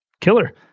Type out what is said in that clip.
killer